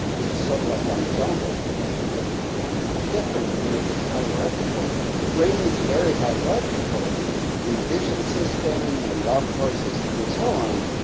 this is sort of like ensembles, but but different in that it's hierarchical. the brain is very hierarchical in divisions. system and the auditory system and so on.